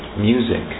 music